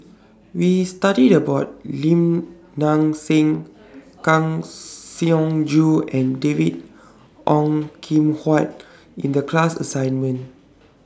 We studied about Lim Nang Seng Kang Siong Joo and David Ong Kim Huat in The class assignment